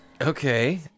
Okay